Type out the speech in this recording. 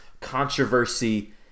controversy